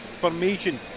formation